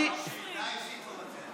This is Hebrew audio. לא מפריעים.